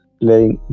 playing